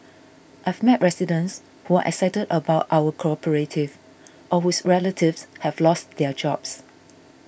I've met residents who are excited about our cooperative or whose relatives have lost their jobs